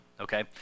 okay